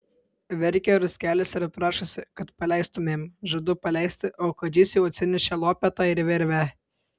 verkia ruskelis ir prašosi kad paleistumėm žadu paleisti o kadžys jau atsinešė lopetą ir virvę